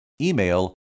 email